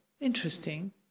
interesting